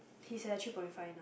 he's at three point five now